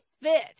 fit